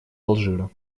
алжира